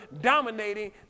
dominating